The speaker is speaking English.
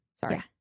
Sorry